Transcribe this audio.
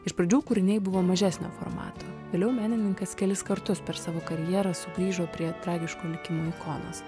iš pradžių kūriniai buvo mažesnio formato vėliau menininkas kelis kartus per savo karjerą sugrįžo prie tragiško likimo ikonos